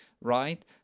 right